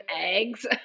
eggs